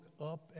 up